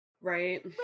right